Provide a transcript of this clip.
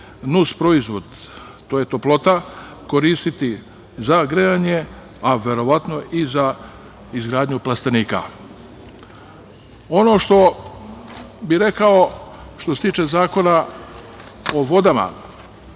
nusproizvod, to je toplota, koristiti za grejanje, a verovatno i za izgradnju plastenika. Ono što bih rekao, što se tiče Zakona o vodama,